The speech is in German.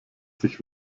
sich